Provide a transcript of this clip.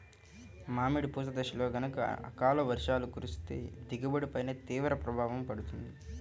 మామిడి పూత దశలో గనక అకాల వర్షాలు కురిస్తే దిగుబడి పైన తీవ్ర ప్రభావం పడుతుంది